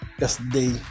yesterday